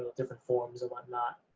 different forms or whatnot.